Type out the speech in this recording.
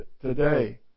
today